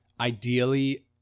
ideally